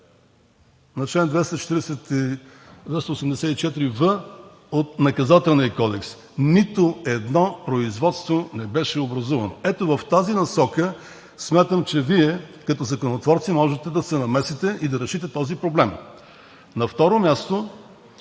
на чл. 284в от Наказателния кодекс. Нито едно производство не беше образувано. Ето в тази насока смятам, че Вие като законотворци можете да се намесите и да решите този проблем. На второ място,